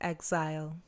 Exile